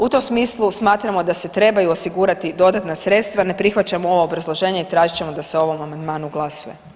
U tom smislu smatramo da se trebaju osigurati dodatna sredstva, ne prihvaćamo ovo obrazloženje i tražit ćemo da se o ovom amandmanu glasuje.